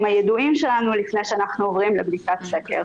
הידועים שלנו לפני שאנחנו עוברים לבדיקת סקר.